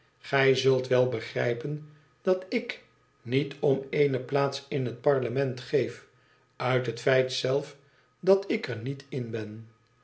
gij zult wel begrijpen dat üb niet om eene plaats in het parlement geef uit het feit zelf dat ik er niet in ben